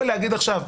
לומר עכשיו,